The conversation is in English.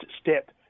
step